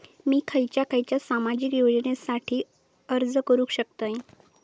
मी खयच्या खयच्या सामाजिक योजनेसाठी अर्ज करू शकतय?